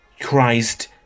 Christ